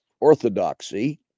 orthodoxy